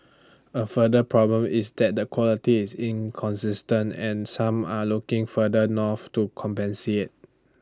A further problem is that the quality is inconsistent and some are looking further north to compensate